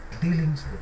dealings